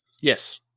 Yes